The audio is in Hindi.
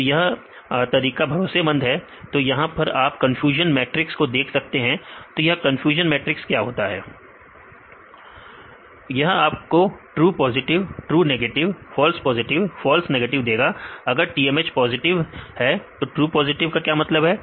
तो यह तरीका भरोसेमंद है तो यहां पर आप कंफ्यूजन मैट्रिक्स को देख सकते हैं तो यह कन्फ्यूजन मैट्रिक्स यह आपको true positive true negative false positive false negative देगा अगर TMH पॉजिटिव है तो ट्रू पॉजिटिव का क्या मतलब है